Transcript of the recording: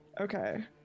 Okay